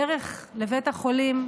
בדרך לבית החולים,